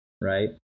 right